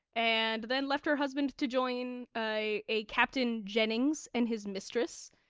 and then left her husband to join a a captain jennings and his mistress.